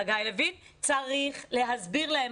חגי לוין, צריך להסביר להם.